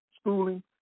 schooling